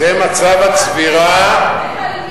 זה מצב הצבירה, עובדים על מי, אנסטסיה?